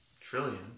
trillion